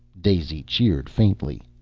daisy cheered faintly.